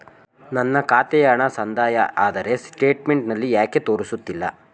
ನನ್ನ ಖಾತೆಗೆ ಹಣ ಸಂದಾಯ ಆದರೆ ಸ್ಟೇಟ್ಮೆಂಟ್ ನಲ್ಲಿ ಯಾಕೆ ತೋರಿಸುತ್ತಿಲ್ಲ?